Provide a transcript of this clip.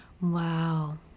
Wow